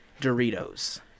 Doritos